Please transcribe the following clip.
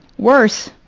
worse,